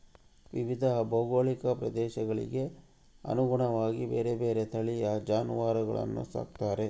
ವಿವಿಧ ಭೌಗೋಳಿಕ ಪ್ರದೇಶಗಳಿಗೆ ಅನುಗುಣವಾಗಿ ಬೇರೆ ಬೇರೆ ತಳಿಯ ಜಾನುವಾರುಗಳನ್ನು ಸಾಕ್ತಾರೆ